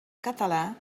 català